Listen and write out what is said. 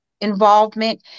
involvement